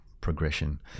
progression